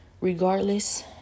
regardless